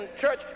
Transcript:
Church